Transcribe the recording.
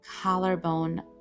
Collarbone